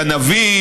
גנבים,